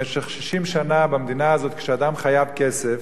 במשך 60 שנה במדינה הזאת כשאדם חייב כסף